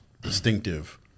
Distinctive